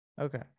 Okay